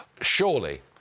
surely